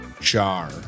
jar